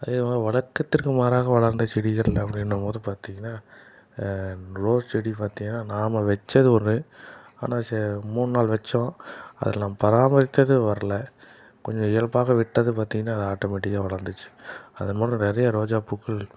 அதே மாதிரி வழக்கத்திற்கு மாறாக வளர்ந்த செடிகள் அப்படின்னும்போது பார்த்தீங்கன்னா ரோஸ் செடி பார்த்தீங்கன்னா நாம வச்சது ஒன்று ஆனால் சே மூணு நாலு வச்சோம் அது நம்ம பராமரித்தது வரலை கொஞ்சம் இயல்பாக விட்டது பார்த்தீங்கன்னா ஆட்டோமெட்டிக்காக வளர்ந்துச்சு அதன் மூலம் நிறையா ரோஜா பூக்கள்